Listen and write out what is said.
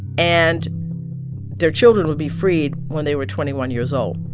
and their children would be freed when they were twenty one years old.